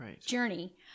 journey